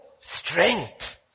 strength